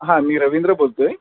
हां मी रवींद्र बोलतो आहे